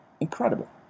Incredible